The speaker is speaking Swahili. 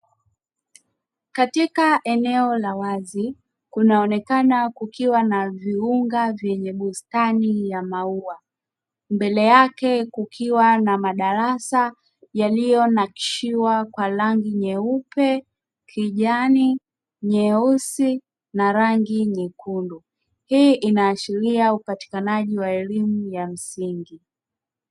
Katika eneo la wazi kunaonekana kukiwa na viunga vyenye bustani ya maua mbele yake kukiwa na madarasa yaliyonakishiwa kwa rangi nyeupe, kijani, nyeusi na nyekundu, hii inaashiria upatikanaji wa elimu ya msingi.